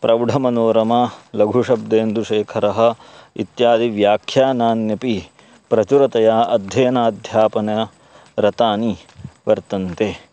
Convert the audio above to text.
प्रौढमनोरमा लघुशब्देन्दुशेखरः इत्यादि व्याख्यानान्यपि प्रचुरतया अध्ययनाध्यापने रतानि वर्तन्ते